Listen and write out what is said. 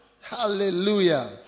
Hallelujah